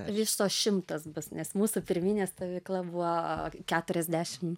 viso šimtas bus nes mūsų pirminė stovykla buvo keturiasdešim